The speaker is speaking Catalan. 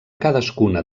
cadascuna